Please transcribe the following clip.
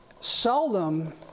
seldom